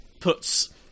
puts